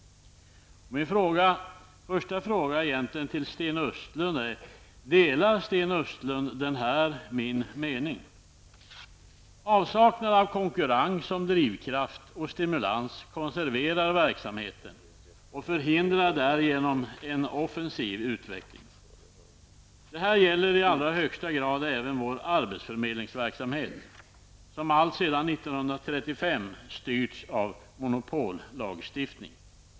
Min första fråga till Sten Östlund är: Delar Sten Östlund denna min mening? Avsaknad av konkurrens som drivkraft och stimulans konserverar verksamheten och förhindrar därigenom en offensiv utveckling. Detta gäller i allra högsta grad även vår arbetsförmedlingsverksamhet, som alltsedan 1935 styrts av monopollagstiftning.